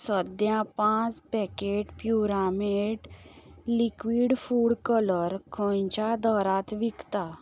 सध्या पांच पॅकेट प्युरामेट लिक्विड फूड कलर खंयच्या दरांत विकता